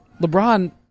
LeBron